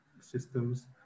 systems